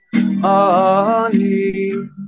money